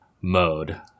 mode